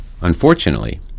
Unfortunately